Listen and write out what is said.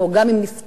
גם אם נפתח ההליך.